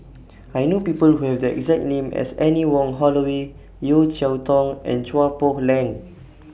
I know People Who Have The exact name as Anne Wong Holloway Yeo Cheow Tong and Chua Poh Leng